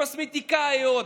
קוסמטיקאיות,